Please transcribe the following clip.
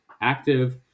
active